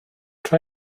tra